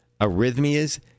arrhythmias